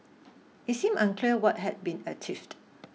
it seemed unclear what had been achieved